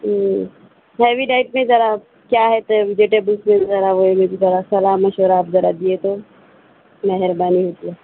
ہوں heavy diet میں ذرا کیا ہے سر صلاح مشورہ آپ ذرا دیے تو مہربانی ہوتی ہے